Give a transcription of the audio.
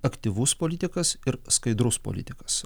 aktyvus politikas ir skaidrus politikas